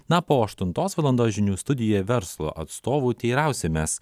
na po aštuntos valandos žinių studija verslo atstovų teirausimės